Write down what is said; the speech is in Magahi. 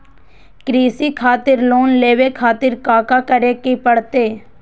कृषि खातिर लोन लेवे खातिर काका करे की परतई?